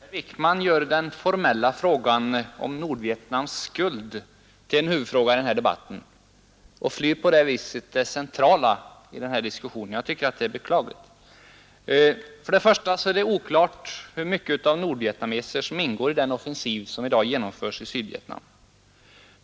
Herr talman! Herr Wijkman gör den formella frågan om Nordvietnams skuld till en huvudfråga och flyr på det viset det centrala i denna debatt. Jag tycker att detta är beklagligt. För det första är det oklart hur många nordvietnameser som ingår i den offensiv som i dag genomförs i Sydvietnam.